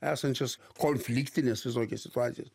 esančias konfliktines visokias situacijas